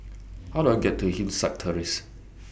How Do I get to Hillside Terrace